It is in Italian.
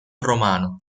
romano